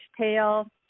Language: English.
tail